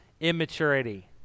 immaturity